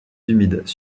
humides